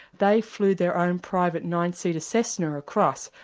they flew their own private nine-seater cessna across.